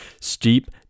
steep